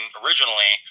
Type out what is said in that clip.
originally